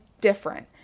different